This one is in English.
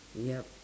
yup